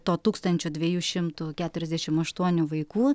to tūkstančio dviejų šimtų keturiasdešim aštuonių vaikų